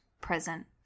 present